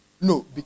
No